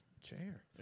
chair